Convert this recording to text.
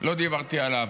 לא דיברתי עליו,